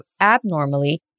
abnormally